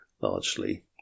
largely